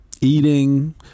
eating